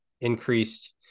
increased